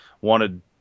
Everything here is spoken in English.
wanted